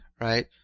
right